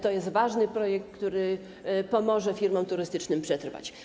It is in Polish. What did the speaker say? To jest ważny projekt, który pomoże firmom turystycznym przetrwać.